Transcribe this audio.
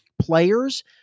players